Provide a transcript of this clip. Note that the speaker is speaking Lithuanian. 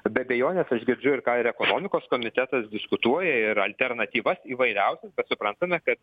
be abejones aš girdžiu ir ką ir ekonomikos komitetas diskutuoja ir alternatyvas įvairiausias bet suprantame kad